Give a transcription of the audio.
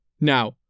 Now